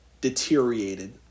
deteriorated